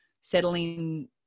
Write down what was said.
settling